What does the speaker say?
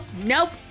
nope